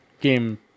Game